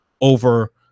over